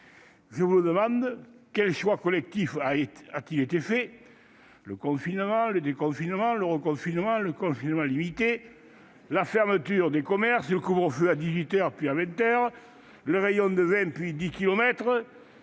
Je vous le demande : quel choix collectif a été fait ? Le confinement, le déconfinement, le reconfinement, le confinement limité, la fermeture des commerces, le couvre-feu à dix-huit heures, à